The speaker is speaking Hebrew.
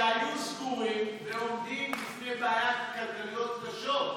שהיו סגורים ועומדים בפני בעיות כלכליות קשות.